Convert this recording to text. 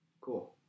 Cool